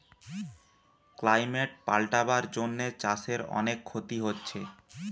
climate পাল্টাবার জন্যে চাষের অনেক ক্ষতি হচ্ছে